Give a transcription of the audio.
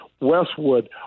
Westwood